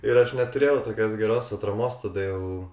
ir aš neturėjau tokios geros atramos todėl